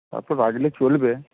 অতো রাগলে চলবে